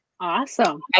Awesome